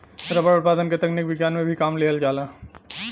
rubber उत्पादन क तकनीक विज्ञान में भी काम लिहल जाला